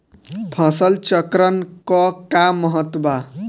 फसल चक्रण क का महत्त्व बा?